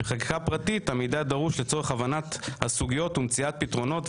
ובחקיקה הפרטית המידע דרוש לצורך הבנת הסוגיות ומציאת פתרונות,